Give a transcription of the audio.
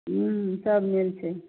हुँ सब मिलय छै